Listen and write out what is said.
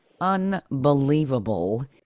unbelievable